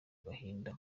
gahinda